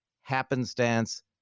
happenstance